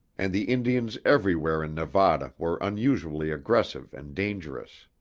and the indians everywhere in nevada were unusually aggressive and dangerous.